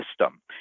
system